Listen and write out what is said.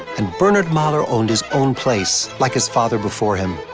and bernard mahler owned his own place, like his father before him.